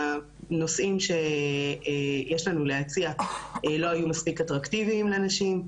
הנושאים שיש לנו להציע לא היו מספיק אטרקטיביים לנשים,